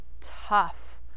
tough